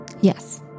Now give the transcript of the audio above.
Yes